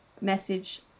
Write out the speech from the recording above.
message